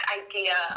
idea